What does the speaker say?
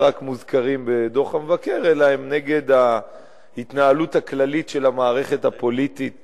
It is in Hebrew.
רק מוזכרים בדוח המבקר אלא הם נגד ההתנהלות הכללית של המערכת הפוליטית